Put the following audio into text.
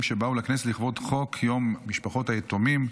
שבאו לכנסת לכבוד חוק יום משפחות היתומים,